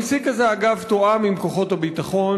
המסיק הזה, אגב, תואם עם כוחות הביטחון.